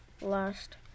last